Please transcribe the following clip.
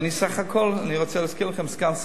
אני רוצה להזכיר לכם שאני בסך הכול סגן שר.